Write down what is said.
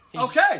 okay